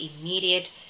immediate